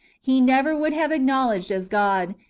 he never would have acknowledo ed as god,